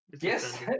Yes